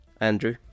Andrew